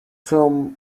from